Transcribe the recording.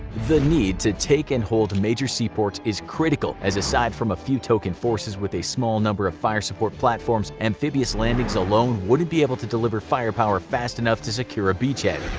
the need to take and hold major seaports is critical, as aside from a few token forces with a small number of fire support platforms, amphibious landings alone wouldn't be able to deliver firepower fast enough to secure a beachhead.